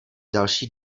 další